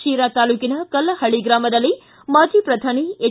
ಶಿರಾ ತಾಲೂಕಿನ ಕಲ್ಲಹಳ್ಳಿ ಗ್ರಾಮದಲ್ಲಿ ಮಾಜಿ ಪ್ರಧಾನಿ ಎಚ್